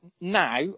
now